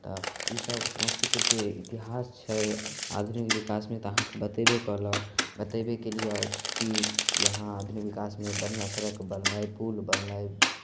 तऽ इसभ समस्तीपुरके इतिहास छै आधुनिक विकासमे तऽ अहाँकेँ बतेबे कयलक बतेबे केलियै कि यहाँ आधुनिक विकासमे बढ़िआँ सड़क बनलै पुल बनलै